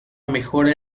mejora